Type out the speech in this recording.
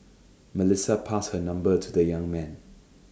Melissa passed her number to the young man